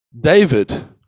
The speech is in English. David